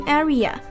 area